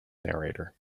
narrator